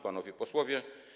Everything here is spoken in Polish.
Panowie Posłowie!